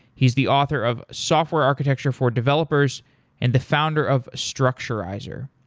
he's the author of software architecture for developers and the founder of structurizr.